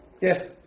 yes